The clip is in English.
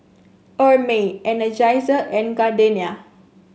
Hermes Energizer and Gardenia